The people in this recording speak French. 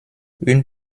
une